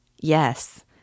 yes